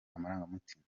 amarangamutima